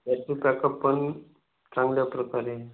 त्याची पॅकअप पण चांगल्या प्रकारे आहे